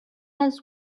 has